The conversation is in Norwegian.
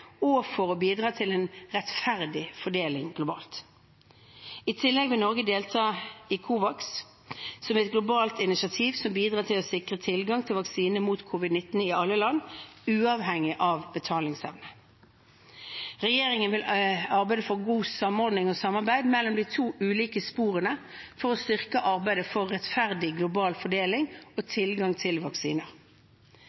og for å bidra til en rettferdig fordeling globalt. I tillegg vil Norge delta i Covax, som er et globalt initiativ som skal bidra til å sikre tilgang til vaksine mot covid-19 i alle land, uavhengig av betalingsevne. Regjeringen vil arbeide for god samordning og samarbeid mellom de to ulike sporene for å styrke arbeidet for rettferdig global fordeling og